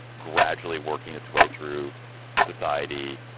gradually working its way through society.